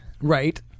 Right